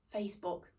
Facebook